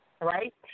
right